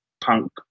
punk